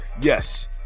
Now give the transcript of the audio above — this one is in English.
yes